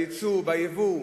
היצוא, היבוא.